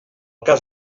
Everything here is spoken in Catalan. cas